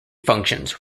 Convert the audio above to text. functions